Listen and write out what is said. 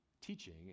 teaching